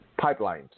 pipelines